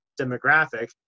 demographic